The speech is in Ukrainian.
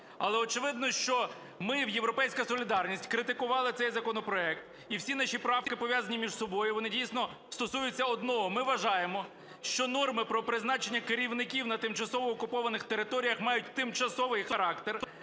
Але, очевидно, що ми, "Європейська солідарність", критикували цей законопроект, і всі наші правки пов'язані між собою, вони дійсно стосуються одного. Ми вважаємо, що норми про призначення керівників на тимчасово окупованих територіях мають тимчасовий характер,